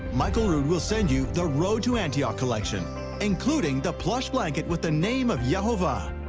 michael rood will sent you the road to antioch collection including the plush blanket with the name of yehovah.